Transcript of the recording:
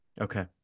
Okay